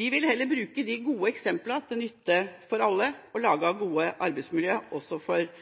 Vi vil heller bruke de gode eksemplene til nytte for alle, og vi vil lage gode arbeidsmiljøer for